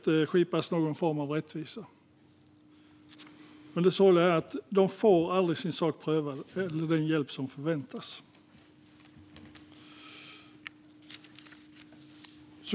Det sorgliga är att många aldrig får sin sak prövad eller den hjälp som förväntas.